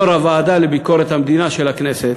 יו"ר הוועדה לביקורת המדינה של הכנסת,